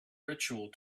ritual